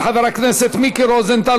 של חבר הכנסת מיקי רוזנטל,